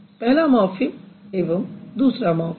पहला मॉर्फ़िम एवं दूसरा मॉर्फ़िम